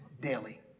daily